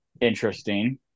interesting